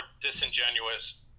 disingenuous